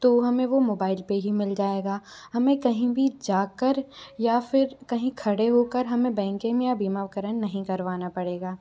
तो हमें वो मोबाइल पे ही मिल जाएगा हमें कहीं भी जाकर या फिर कहीं खड़े होकर हमें बैंकिम या बीमाकरण नहीं करवाना पड़ेगा